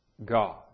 God